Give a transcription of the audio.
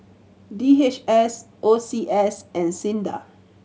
D H S O C S and SINDA